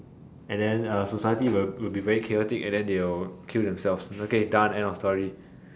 and then uh society will be very chaotic and then they will kill themselves okay done end of story